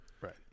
Right